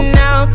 now